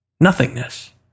Nothingness